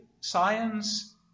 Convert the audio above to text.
science